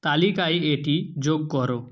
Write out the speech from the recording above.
তালিকায় এটি যোগ করো